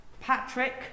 Patrick